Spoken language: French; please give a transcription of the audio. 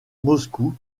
moscou